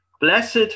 Blessed